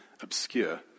obscure